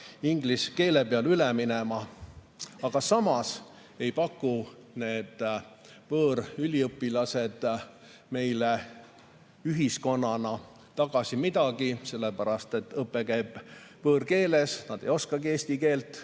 inglise keele peale üle minema. Samas ei paku võõrüliõpilased meie ühiskonnale tagasi midagi, sellepärast et õpe käib võõrkeeles, nad ei oskagi eesti keelt.